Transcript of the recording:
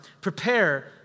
Prepare